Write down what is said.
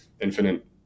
infinite